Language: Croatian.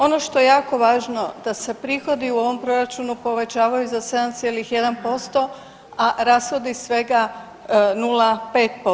Ono što je jako važno da se prihodi u ovom proračunu povećavaju za 7,1%, a rashodi svega 0,5%